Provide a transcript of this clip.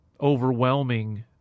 overwhelming